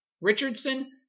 Richardson